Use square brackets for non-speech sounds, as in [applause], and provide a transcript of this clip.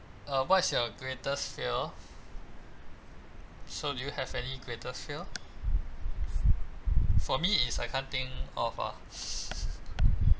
uh what's your greatest fear so do you have any greatest fear for me is I can't think of ah [laughs]